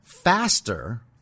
faster